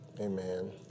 amen